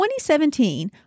2017